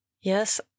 yes